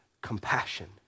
compassion